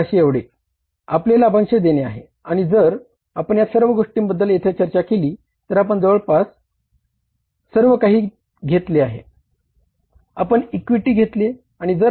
1500 एवढे आपले लाभांश देणे आहे आणि जर आपण या सर्व गोष्टींबद्दल येथे चर्चा केली तर आपण जवळजवळ सर्व काही घेतले आहे